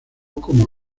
como